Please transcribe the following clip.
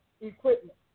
equipment